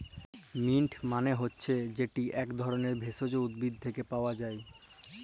মিল্ট মালে হছে যেট ইক ধরলের ভেষজ উদ্ভিদ থ্যাকে পাওয়া যায়